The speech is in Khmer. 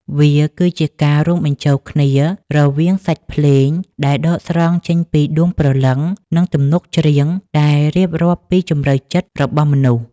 វាគឺជាការរួមបញ្ចូលគ្នារវាងសាច់ភ្លេងដែលដកស្រង់ចេញពីដួងព្រលឹង និងទំនុកច្រៀងដែលរៀបរាប់ពីជម្រៅចិត្តរបស់មនុស្ស។